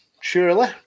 surely